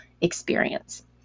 experience